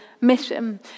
mission